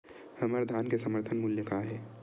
हमर धान के समर्थन मूल्य का हे?